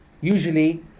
usually